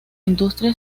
industria